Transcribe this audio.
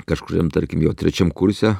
kažkuriam tarkim jau trečiam kurse